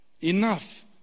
enough